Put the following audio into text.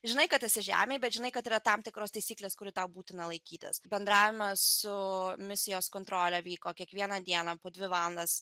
žinai kad esi žemėj bet žinai kad yra tam tikros taisyklėskuri tau būtina laikytas bendravimą su misijos kontrole vyko kiekvieną dieną po dvi valandas